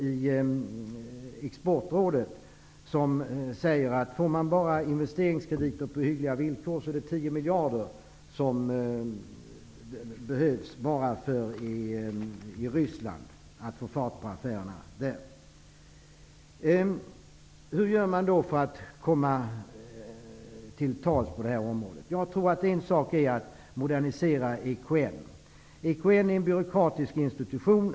I den står det att om man får investeringskrediter på hyggliga villkor så behövs det 10 miljarder kronor för att få fart på affärerna bara i Ryssland. Hur gör man då för att komma till tals på detta område? Jag tror att en åtgärd är att modernisera Exportkreditnämnden. EKN är en byråkratisk institution.